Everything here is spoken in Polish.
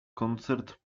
koncert